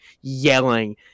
yelling